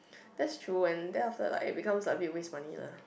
that's true when there after like it comes like a bit waste money lah